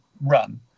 run